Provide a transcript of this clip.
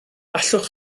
allwch